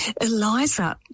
Eliza